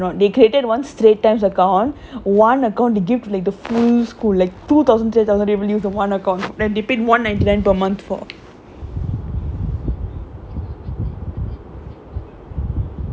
eh at least is better than my junior college is whether by junior college nowadays you know what they do not they created one Straits Times account one are account to give the full school like two thousand three thousand for one account they keeping one exam per month